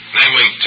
namely